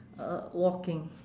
uh walking